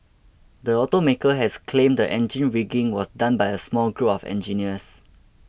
the automaker has claimed the engine rigging was done by a small group of engineers